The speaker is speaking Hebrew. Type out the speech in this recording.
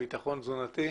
לביטחון תזונתי.